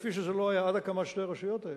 כפי שזה לא היה עד הקמת שתי הרשויות האלה,